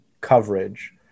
coverage